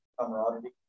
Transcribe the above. camaraderie